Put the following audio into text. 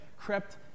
crept